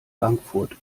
bankfurt